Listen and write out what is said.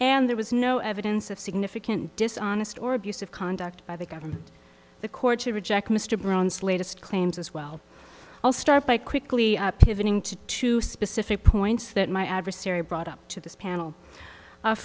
and there was no evidence of significant dishonest or abusive conduct by the government the court should reject mr brown's latest claims as well i'll start by quickly pivoting to two specific points that my adversary brought up to this panel